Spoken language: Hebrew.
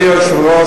אדוני היושב-ראש,